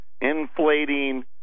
inflating